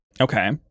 okay